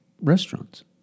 restaurants